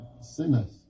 sinners